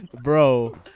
bro